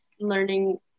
learning